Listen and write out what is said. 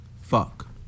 Fuck